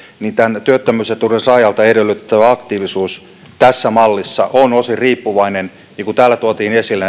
niin tämän työttömyysetuuden saajalta edellytettävä aktiivisuus tässä mallissa on osin riippuvainen niin kun täällä tuotiin esille